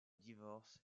divorcent